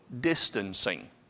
distancing